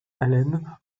allen